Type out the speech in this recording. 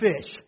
fish